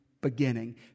beginning